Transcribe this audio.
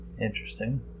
Interesting